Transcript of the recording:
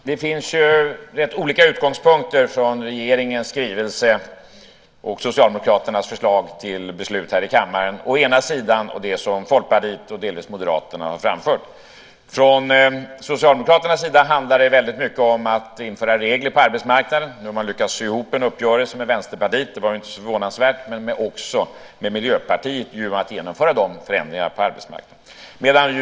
Fru talman! Det finns rätt olika utgångspunkter för regeringens skrivelse och Socialdemokraternas förslag till beslut i kammaren å ena sidan och det som Folkpartiet och delvis Moderaterna har framfört å den andra. Från Socialdemokraternas sida handlar det väldigt mycket om att införa regler på arbetsmarknaden. Man har lyckats sy ihop en uppgörelse med Vänsterpartiet - det var inte så förvånansvärt - men också med Miljöpartiet om att genomföra de föreslagna förändringarna på arbetsmarknaden.